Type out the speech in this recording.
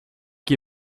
qui